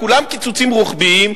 כולם קיצוצים רוחביים,